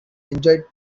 enjoyed